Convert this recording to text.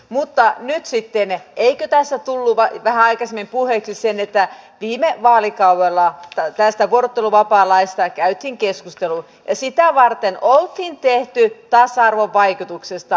mutta nyt sitten eikö tässä tullut vähän aikaisemmin puheeksi se että viime vaalikaudella tästä vuorotteluvapaalaista käytiin keskustelu ja sitä varten oltiin tehty tasa arvovaikutuksista arviointi